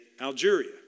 Algeria